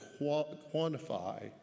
quantify